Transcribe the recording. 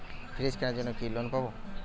Fridge কেনার জন্য কি লোন পাব?